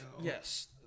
Yes